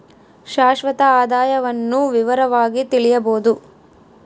ಶಾಶ್ವತ ಆದಾಯವನ್ನು ವಿವರವಾಗಿ ತಿಳಿಯಬೊದು